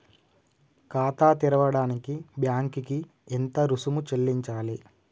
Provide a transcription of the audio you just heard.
ఖాతా తెరవడానికి బ్యాంక్ కి ఎంత రుసుము చెల్లించాలి?